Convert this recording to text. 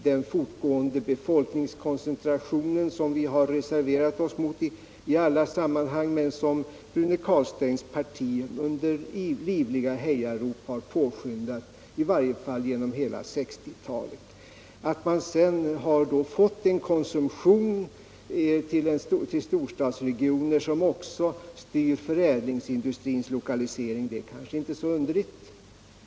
Den fortgående befolkningskoncentration — som vi har reserverat oss mot i alla sammanhang men som Rune Carlsteins parti under livliga hejarop har påskyndat i varje fall genom hela 1960-talet — har sin förklaring i brister i samhällsorganisationen, som vi har kritiserat ganska samstämmigt under årens lopp. Att man har fått en koncentration till storstadsregioner, som också styr förädlingsindustrins lokalisering, är emellertid mot den bakgrunden inte så underligt.